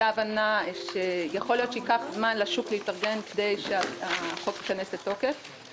הבנה שיכול להיות שייקח זמן לשוק להתארגן כדי שהחוק ייכנס לתוקף.